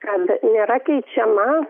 kad nėra keičiama